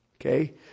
Okay